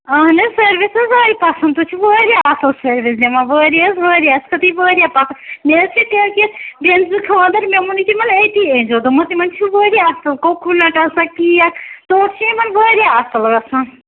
اَہن حظ سٔروِس حظ آیہِ پسنٛد تُہۍ چھُو واریاہ اَصٕل سٔروِس دِوان واریاہ حظ واریاہ اسہِ کھوتٕے واریاہ پَسنٛد مےٚ حظ چھِ کٲلکیٚتھ بیٚنزِ خانٛدر مےٚ ووٚنٕے تِمن أتی أنزیٚو دوٚپمس تِمن چھُ واریاہ اَصٕل کوکونٹ آسان کیک ژوٚٹ چھِ یِمَن واریاہ اَصٕل آسان